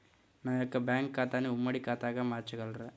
నా యొక్క బ్యాంకు ఖాతాని ఉమ్మడి ఖాతాగా మార్చగలరా?